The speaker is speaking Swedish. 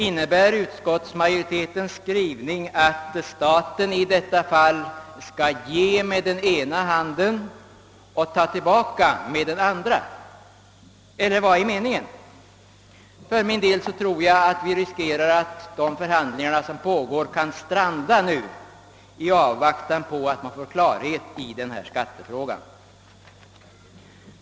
Innebär utskottsmajoritetens skrivning att staten 1 detta fall skall ge med den ena handen och ta tillbaka med den andra, eller vad är meningen? Jag tror att vi nu riskerar att förhandlingarna kan komma att stranda i avvaktan på att man får klarhet i skattefrågan.